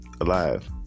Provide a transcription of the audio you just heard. Alive